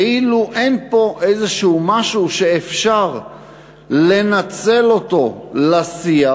כאילו אין פה איזשהו משהו שאפשר לנצל אותו לשיח,